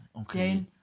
okay